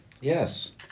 Yes